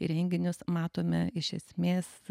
į renginius matome iš esmės